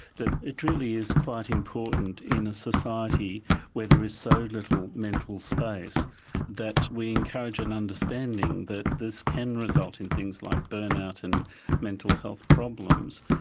that it really is quite important in a society where there is so little mental space that we encourage an understanding that this can result in things like burnout and mental health problems,